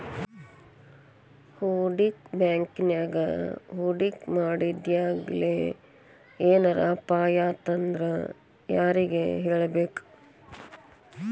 ಹೂಡ್ಕಿ ಬ್ಯಾಂಕಿನ್ಯಾಗ್ ಹೂಡ್ಕಿ ಮಾಡಿದ್ಮ್ಯಾಲೆ ಏನರ ಅಪಾಯಾತಂದ್ರ ಯಾರಿಗ್ ಹೇಳ್ಬೇಕ್?